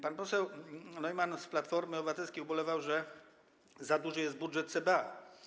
Pan poseł Neumann z Platformy Obywatelskiej ubolewał, że za duży jest budżet CBA.